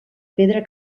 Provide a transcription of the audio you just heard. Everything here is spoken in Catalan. pedra